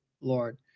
Lord